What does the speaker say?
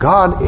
God